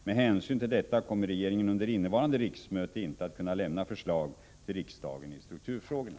Med hänsyn till detta kommer regeringen under innevarande riksmöte inte att kunna lämna förslag till riksdagen i strukturfrågorna.